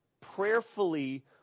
prayerfully